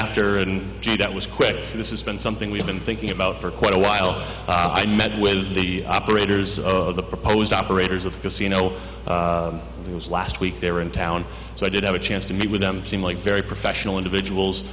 after and that was quick this is been something we've been thinking about for quite a while i met with the operators of the proposed operators of course you know it was last week they were in town so i did have a chance to meet with them seem like very professional individuals